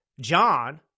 John